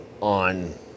on